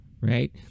right